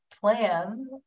plan